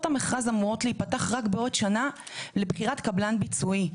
המכרז אמורות להיפתח רק בעוד שנה לבחירת קבלן ביצועי.